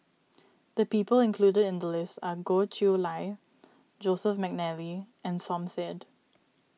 the people included in the list are Goh Chiew Lye Joseph McNally and Som Said